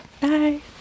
Bye